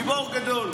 גיבור גדול.